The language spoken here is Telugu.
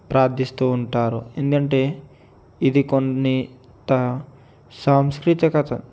ప్రార్థిస్తూ ఉంటారు ఏంటంటే ఇది కొన్ని త సాంస్కృతిక